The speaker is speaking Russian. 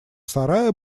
сарая